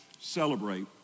celebrate